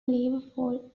liverpool